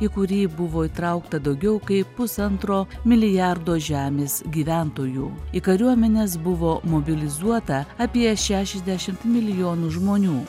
į kurį buvo įtraukta daugiau kaip pusantro milijardo žemės gyventojų į kariuomenes buvo mobilizuota apie šešiasdešimt milijonų žmonių